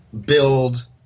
build